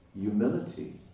humility